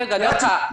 רגע, דקה.